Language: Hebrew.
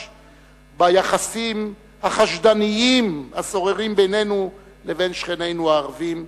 ביחסים החשדניים השוררים בינינו לבין שכנינו הערבים,